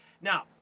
Now